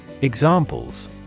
Examples